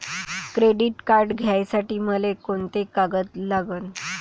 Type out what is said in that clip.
Credit card घ्यासाठी मले कोंते कागद लागन?